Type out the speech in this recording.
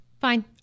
Fine